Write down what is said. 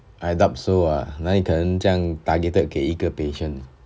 I doubt so ah 哪里可能这样 targeted 给一个 patient